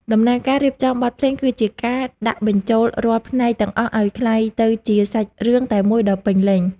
ដំណើរការរៀបចំបទភ្លេងគឺជាការដាក់បញ្ចូលរាល់ផ្នែកទាំងអស់ឱ្យក្លាយទៅជាសាច់រឿងតែមួយដ៏ពេញលេញ។